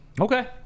okay